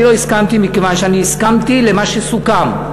אני לא הסכמתי מכיוון שאני הסכמתי למה שסוכם.